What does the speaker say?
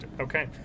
Okay